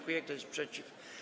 Kto jest przeciw?